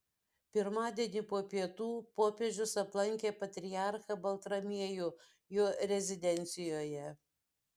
pirmadienį po pietų popiežius aplankė patriarchą baltramiejų jo rezidencijoje